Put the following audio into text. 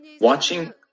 watching